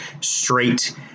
straight